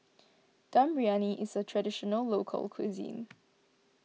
Dum Briyani is a Traditional Local Cuisine